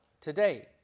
today